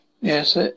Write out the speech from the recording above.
Yes